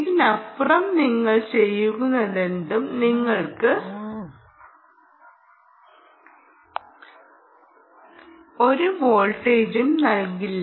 ഇതിനപ്പുറം നിങ്ങൾ ചെയ്യുന്നതെന്തും നിങ്ങൾക്ക് ഒരു വോൾട്ടേജും നൽകില്ല